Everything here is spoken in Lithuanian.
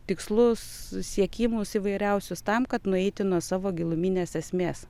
tikslus siekimus įvairiausius tam kad nueiti nuo savo giluminės esmės